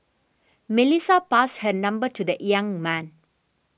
Melissa passed her number to the young man